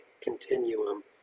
continuum